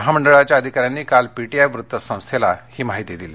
महामंडळाच्या अधिकाऱ्यांनी काल पीटीआय वृत्तसंस्थेला ही माहिती दिली